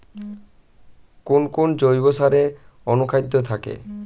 কোন কোন জৈব সারে অনুখাদ্য থাকে?